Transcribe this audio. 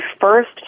first